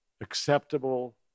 Acceptable